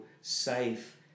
safe